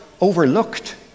overlooked